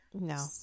No